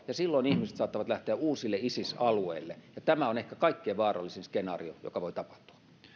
ja silloin ihmiset saattavat lähteä uusille isis alueille ja tämä on ehkä kaikkein vaarallisin skenaario joka voi tapahtua